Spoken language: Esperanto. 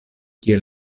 kie